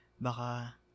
baka